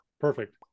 perfect